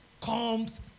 comes